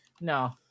No